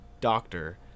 doctor